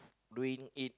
doing it